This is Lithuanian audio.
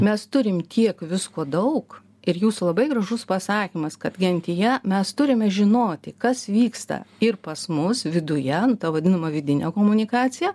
mes turim tiek visko daug ir jūs labai gražus pasakymas kad gentyje mes turime žinoti kas vyksta ir pas mus viduje ta vadinama vidinė komunikacija